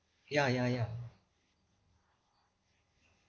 ya ya ya